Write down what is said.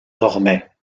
dormait